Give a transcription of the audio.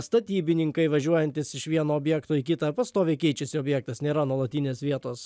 statybininkai važiuojantys iš vieno objekto į kitą pastoviai keičiasi objektas nėra nuolatinės vietos